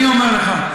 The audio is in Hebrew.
אז אני אומר לך,